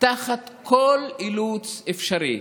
תחת כל אילוץ אפשרי,